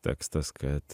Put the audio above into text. tekstas kad